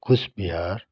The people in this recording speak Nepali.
कुचबिहार